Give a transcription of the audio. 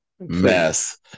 Mess